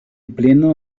blino